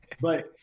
But-